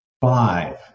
five